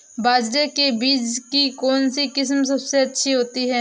बाजरे के बीज की कौनसी किस्म सबसे अच्छी होती है?